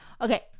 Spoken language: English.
Okay